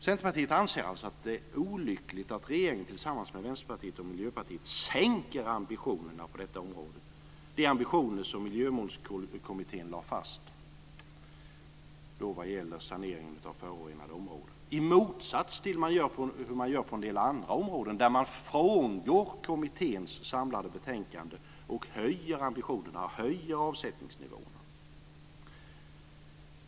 Centerpartiet anser att det är olyckligt att regeringen tillsammans med Vänsterpartiet och Miljöpartiet sänker ambitionerna på detta område - de ambitioner som Miljömålskommittén lade fast vad gäller saneringen av förorenade områden - i motsats till hur man gör på en del andra områden, där man frångår kommitténs samlade betänkande och höjer ambitionerna och höjer avsättningsnivåerna.